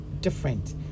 different